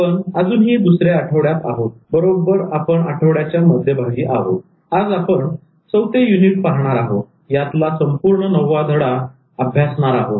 आपण अजूनही दुसऱ्या आठवड्यात आहोत बरोबर आपण आठवड्याच्या मध्यभागी आहोत आज आपण चौथे युनिट पाहणार आहोत यातला संपूर्ण 9 वा धडा अभ्यासणार आहोत